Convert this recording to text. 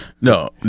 No